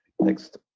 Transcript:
next